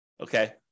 Okay